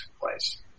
place